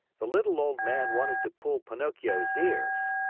the little old man wanted to pull pinocchio's ears.